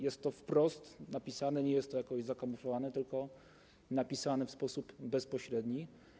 Jest to wprost napisane, nie jest to zakamuflowane, tylko jest to napisane w sposób bezpośredni.